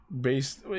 based